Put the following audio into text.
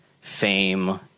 fame